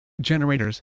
generators